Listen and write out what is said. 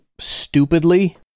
stupidly